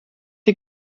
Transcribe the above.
ein